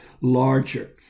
larger